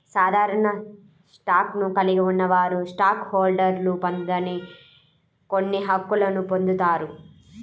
సాధారణ స్టాక్ను కలిగి ఉన్నవారు స్టాక్ హోల్డర్లు పొందని కొన్ని హక్కులను పొందుతారు